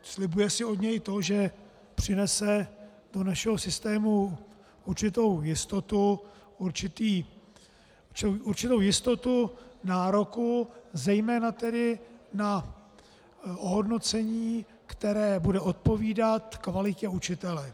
Slibuje si od něj to, že přinese do našeho systému určitou jistotu, určitou jistotu nároku zejména tedy na ohodnocení, které bude odpovídat kvalitě učitele.